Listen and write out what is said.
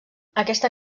aquesta